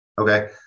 Okay